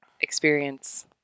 experience